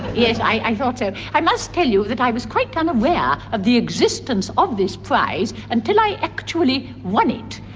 yes, i i thought so. i must tell you that i was quite unaware of the existence of this prize until i actually won it.